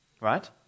right